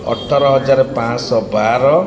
ଅଠର ହଜାର ପାଞ୍ଚଶହ ବାର